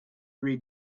read